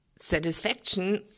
satisfaction